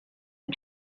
her